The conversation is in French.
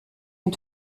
ont